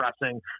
pressing